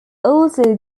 also